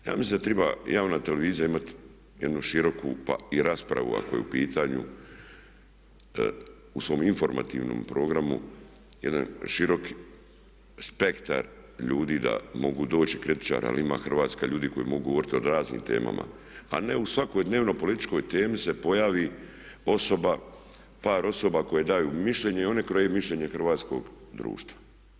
Ja mislim da treba javna televizija imati jednu široku raspravu ako je u pitanju u svom informativnom programu jedan široki spektar ljudi da mogu doći kritičara jer ima Hrvatska ljudi koji mogu govoriti o raznim temama, a ne u svakoj dnevno-političkoj temi se pojavi par osoba koje daju mišljenje i oni kroje mišljenje hrvatskog društva.